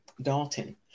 Dalton